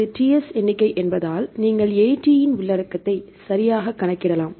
இது Ts எண்ணிக்கை என்பதால் நீங்கள் AT யின் உள்ளடக்கத்தை சரியாக கணக்கிடலாம்